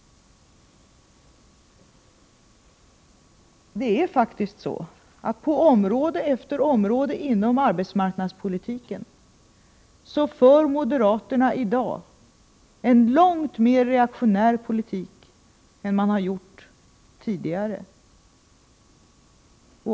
Det är faktiskt så att på område efter område inom arbetsmarknadspolitiken för moderaterna i dag en långt mer reaktionär politik än man har gjort tidigare.